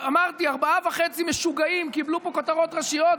אמרתי: כל ארבעה משוגעים וחצי קיבלו פה כותרות ראשיות,